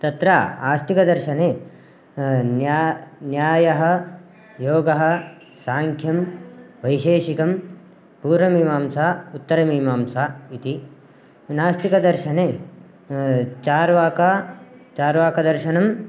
तत्र आस्तिकदर्शने न्यायः न्यायः योगः साङ्ख्यं वैशेषिकं पूर्वमीमांसा उत्तरमीमांसा इति नास्तिकदर्शने चार्वाकः चार्वाकदर्शनं